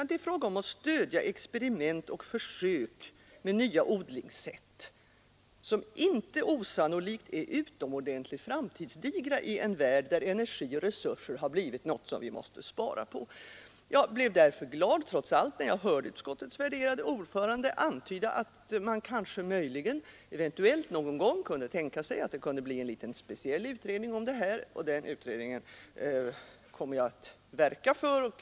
Det är fråga om att stödja experiment och försök med nya odlingssätt, som inte osannolikt är utomordenligt framtidsdigra i en värld där energi och resurser har blivit något vi måste spara på. Jag blev därför trots allt glad, när jag hörde utskottets värderade ordförande antyda att man kanske möjligen eventuellt någon gång kunde tänka sig en speciell liten utredning om detta. Den utredningen kommer jag att verka för.